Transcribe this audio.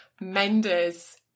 menders